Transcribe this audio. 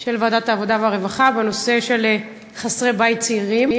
של ועדת העבודה והרווחה בנושא חסרי בית צעירים.